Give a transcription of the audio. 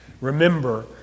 Remember